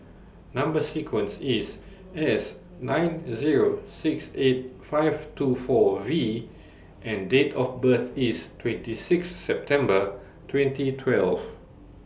Number sequence IS S nine Zero six eight five two four V and Date of birth IS twenty six September twenty twelve